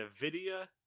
NVIDIA